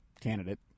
candidate